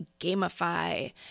gamify